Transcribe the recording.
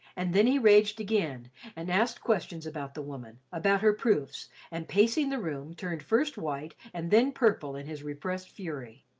and then he raged again and asked questions about the woman, about her proofs, and pacing the room, turned first white and then purple in his repressed fury.